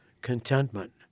contentment